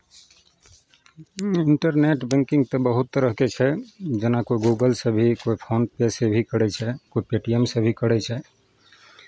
internet banking तऽ बहुत तरहके छै जेना कोइ गूगलसँ भी कोइ फोन पे सँ भी करै छै कोइ पे टी एम सँ भी करै छै